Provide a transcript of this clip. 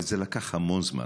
וזה לקח המון זמן.